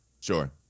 Sure